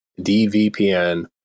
DVPN